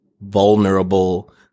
vulnerable